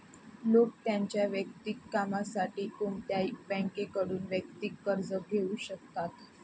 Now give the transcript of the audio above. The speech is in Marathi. लोक त्यांच्या वैयक्तिक कामासाठी कोणत्याही बँकेकडून वैयक्तिक कर्ज घेऊ शकतात